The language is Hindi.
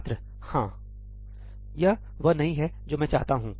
छात्र हां यह वह नहीं है जो मैं यहां चाहता हूं